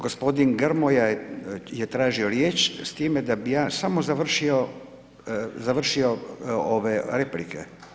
Gospodin Grmoja je tražio riječ, s time da bi ja samo završio replike.